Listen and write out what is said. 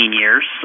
years